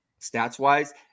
stats-wise